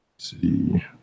see